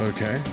Okay